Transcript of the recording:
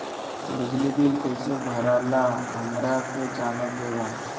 बिजली बिल कईसे भराला हमरा के जाने के बा?